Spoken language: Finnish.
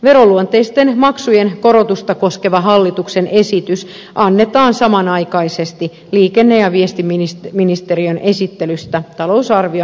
veroluonteisten maksujen korotusta koskeva hallituksen esitys annetaan samanaikaisesti liikenne ja viestintäministeriön talousarvion esittelyn kanssa